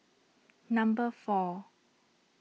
number four